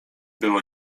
było